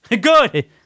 Good